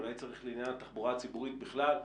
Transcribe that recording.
אולי צריך לעניין התחבורה הציבורית בכלל,